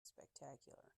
spectacular